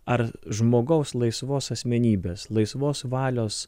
ar žmogaus laisvos asmenybės laisvos valios